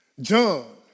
John